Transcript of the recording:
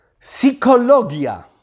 Psychologia